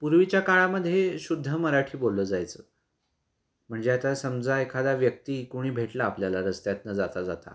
पूर्वीच्या काळामध्ये शुद्ध मराठी बोललं जायचं म्हणजे आता समजा एखादा व्यक्ती कोणी भेटला आपल्याला रस्त्यातून जाता जाता